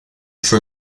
for